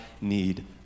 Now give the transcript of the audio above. need